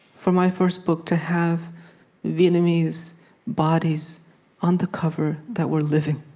for my first book, to have vietnamese bodies on the cover that were living.